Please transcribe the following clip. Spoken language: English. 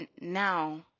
now